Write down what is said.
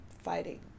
fighting